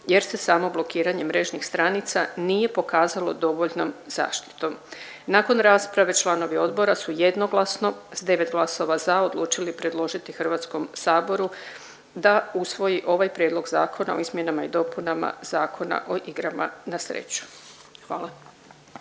jer se samo blokiranje mrežnih stranica nije pokazalo dovoljnom zaštitom. Nakon rasprave članovi odbora su jednoglasno s 9 glasova za odlučili predložiti HS da usvoji ovaj Prijedlog zakona o izmjenama i dopunama Zakona o igrama na sreću, hvala.